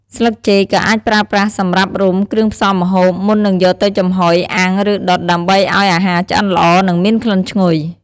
ស្លឹកចេកក៏អាចប្រើប្រាស់សម្រាប់រុំ គ្រឿងផ្សំម្ហូប មុននឹងយកទៅចំហុយ អាំង ឬដុត ដើម្បីឱ្យអាហារឆ្អិនល្អ និងមានក្លិនឈ្ងុយ។